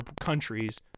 countries